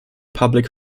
public